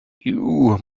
you